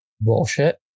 bullshit